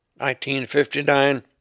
1959